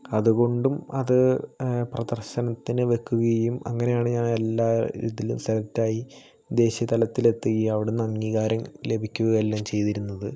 അതുകൊണ്ടും അത് പ്രദർശനത്തിന് വയ്ക്കുകയും അങ്ങനെയാണ് ഞാൻ എല്ലായിതിലും സെലക്ട് ആയി ദേശീയതലത്തിൽ എത്തി അവിടുന്ന് അംഗീകാരം ലഭിക്കുകയും എല്ലാം ചെയ്തിരുന്നത്